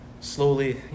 slowly